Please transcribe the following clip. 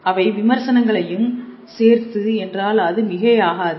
அவை விமர்சனங்களையும் சேர்த்து என்றால் அது மிகையாகாது